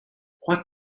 what